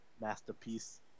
Masterpiece